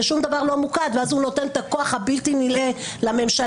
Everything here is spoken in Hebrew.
ששום דבר לא ממוקד ואז הוא נותן את הכוח הבלתי נלאה לממשלה,